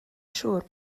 siŵr